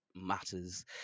matters